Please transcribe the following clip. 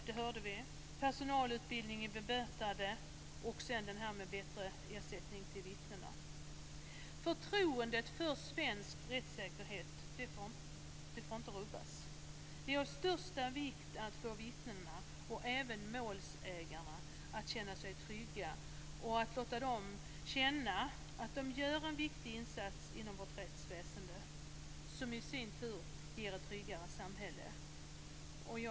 Det behövs också personalutbildning i bemötande och bättre ersättning till vittnena. Förtroendet för svensk rättssäkerhet får inte rubbas. Det är av största vikt att få vittnen och även målsägande att känna sig trygga och att känna att de gör en viktig insats inom vårt rättsväsende. Det ger i sin tur ett tryggare samhälle.